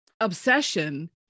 obsession